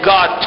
God